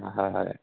হয় হয়